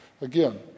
Again